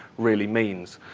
really means.